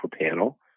panel